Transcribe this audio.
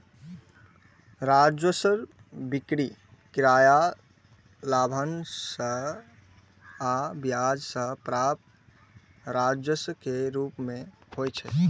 राजस्व बिक्री, किराया, लाभांश आ ब्याज सं प्राप्त राजस्व के रूप मे होइ छै